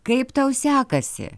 kaip tau sekasi